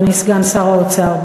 אדוני סגן שר האוצר.